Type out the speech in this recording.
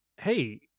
hey